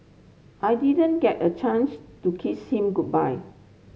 I didn't get a chance to kiss him goodbye